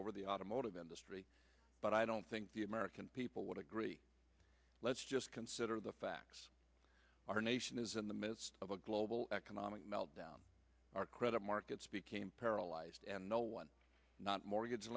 over the automotive industry but i don't think the american people would agree let's just consider the facts our nation is in the midst of a global economic meltdown our credit markets became paralyzed and no one not mortgage